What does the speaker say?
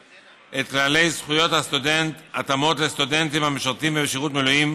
את כללי זכויות הסטודנט (התאמות לסטודנטים המשרתים בשירות מילואים),